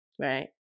right